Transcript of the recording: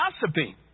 gossiping